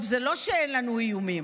זה לא שאין לנו איומים.